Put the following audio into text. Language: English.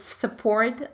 support